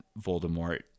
Voldemort